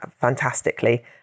fantastically